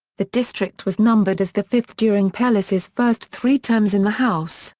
the district was numbered as the fifth during pelosi's first three terms in the house,